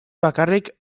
bakarrik